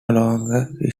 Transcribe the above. longer